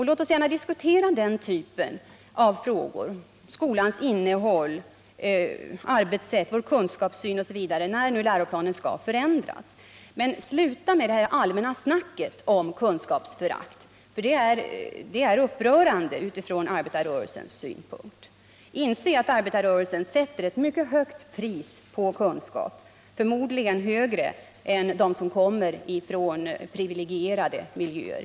Låt oss gärna diskutera den typen av frågor — skolans innehåll och arbetssätt, vår kunskapssyn osv. — när nu läroplanen skall ändras. Men sluta med det här allmänna snacket om kunskapsförakt! Det är upprörande ur arbetarrörelsens synpunkt. Inse att arbetarrörelsen sätter mycket högt värde på kunskap, förmodligen högre än de som kommer från privilegierade miljöer!